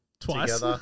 twice